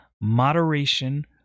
moderation